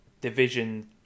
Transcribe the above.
division